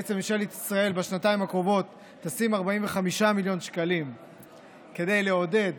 בעצם ממשלת ישראל בשנתיים הקרובות תשים 45 מיליוני שקלים כדי לעודד